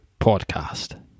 podcast